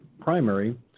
primary